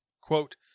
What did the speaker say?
Quote